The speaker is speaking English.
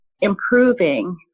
improving